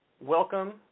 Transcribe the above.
Welcome